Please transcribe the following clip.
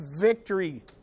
victory